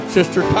Sister